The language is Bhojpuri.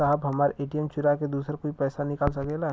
साहब हमार ए.टी.एम चूरा के दूसर कोई पैसा निकाल सकेला?